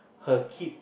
her kid